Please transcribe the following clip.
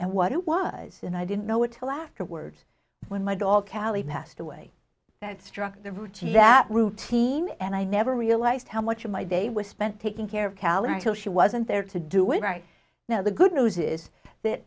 and what it was and i didn't know it till afterwards when my dog calley passed away that struck the routine that routine and i never realised how much of my day was spent taking care of calories though she wasn't there to do it right now the good news is that